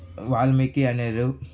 వాల్మీకి అనేవారు